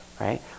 right